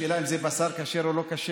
השאלה היא אם זה בשר כשר או לא כשר.